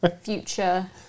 future